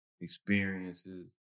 experiences